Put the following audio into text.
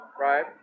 Right